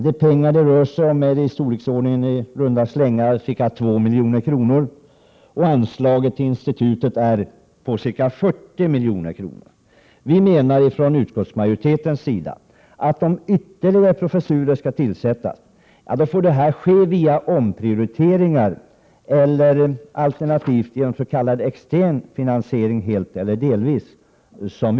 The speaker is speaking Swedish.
De pengar som det rör sig om är i runda slängar ca 2 milj.kr., medan anslaget till institutet är på ca 40 milj.kr. Utskottsmajoriteten menar att om ytterligare professurer skall tillsättas får det ske genom omprioriteringar eller genom extern finansiering helt eller delvis.